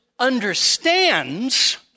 understands